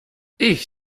ich